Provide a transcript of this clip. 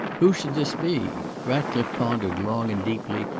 who should this be? ratcliffe pondered long and deeply,